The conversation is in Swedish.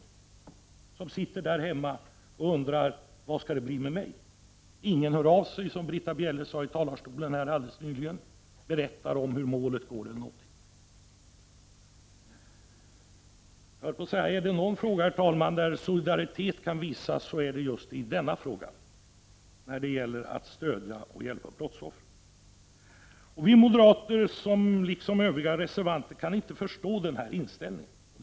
Ja, brottsoffret sitter där hemma och undrar: Hur skall det bli med mig? Ingen hör av sig, som Britta Bjelle sade när hon alldeles nyss stod i denna talarstol. Ingen berättar hur målet fortlöper etc. Är det någon fråga där man skulle kunna visa solidaritet, så är det just i denna fråga. Det gäller ju att stödja och hjälpa brottsoffren. Vi moderater och övriga reservanter kan inte förstå den inställning som här kommer till uttryck.